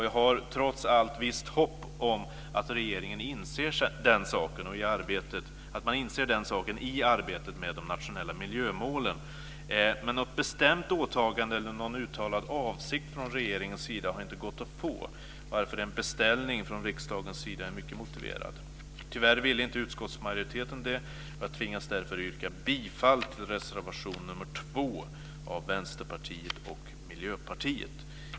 Jag har trots allt visst hopp om att regeringen inser den saken i arbetet med de nationella miljömålen. Men något bestämt åtagande eller någon uttalad avsikt från regeringens sida har inte gått att få, varför en beställning från riksdagens sida är mycket motiverad. Tyvärr ville inte utskottsmajoriteten det, och jag tvingas därför att yrka bifall till reservation nr 2 av Vänsterpartiet och Miljöpartiet.